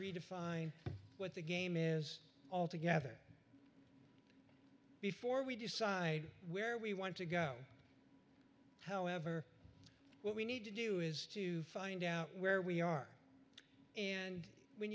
redefine what the game is all together before we decide where we want to go however what we need to do is to find out where we are and when